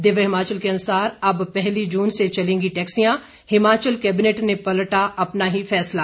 दिव्य हिमाचल के अनुसार अब पहली जून से चलेंगी टैक्सियां हिमाचल कैबिनेट ने पलटा अपना ही फैसला